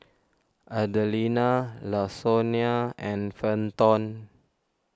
Adelina Lasonya and Fenton